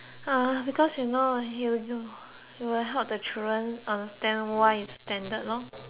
ya you know you you you will help the children understand why it's standard lah